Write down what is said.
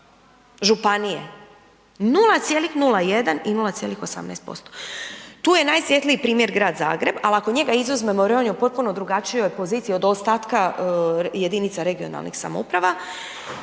županije, 0,01 i 0,18%. Tu je najsvjetliji primjer grad Zagreba ali ako njega izuzmemo jer on je u potpuno drugačijoj poziciji od ostatka jedinica regionalnih samouprava.